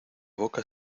boca